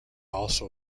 also